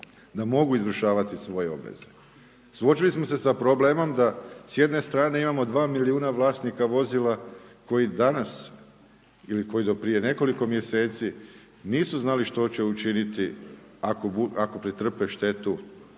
da mogu izvršavati svoje obveze. Suočili smo se s problemom da s jedne strane imamo 2 milijuna vlasnika vozila koji danas, ili koji do prije nekoliko mjeseci, nisu znali što će učiniti ako pretrpe štetu u nekoj